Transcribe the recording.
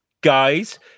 guys